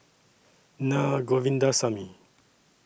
Na Govindasamy